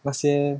那些